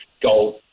gold